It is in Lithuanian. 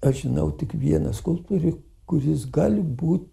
aš žinau tik vieną skulptorių kuris gali būt